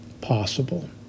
possible